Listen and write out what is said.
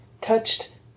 touched